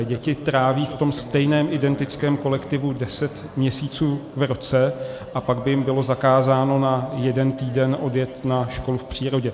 Děti tráví v tom stejném, identickém kolektivu deset měsíců v roce, a pak by jim bylo zakázáno na jeden týden odjet na školu v přírodě.